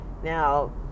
Now